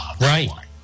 Right